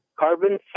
Carbon